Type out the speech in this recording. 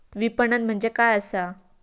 विपणन म्हणजे काय असा?